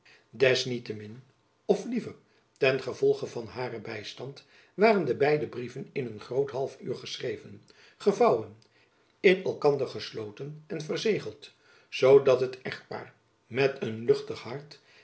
min of liever ten gevolge van haren bystand waren de beide brieven in een groot half uur geschreven gevouwen in elkander gesloten en verzegeld zoo dat het echtpaar met een luchtig hart